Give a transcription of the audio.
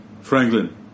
Franklin